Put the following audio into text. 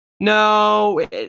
No